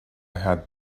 had